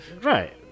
Right